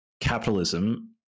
capitalism